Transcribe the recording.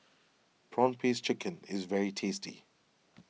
Prawn Paste Chicken is very tasty